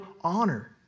honor